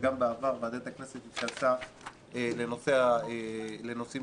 וגם בעבר ועדת הכנסת התכנסה בנושאים שקשורים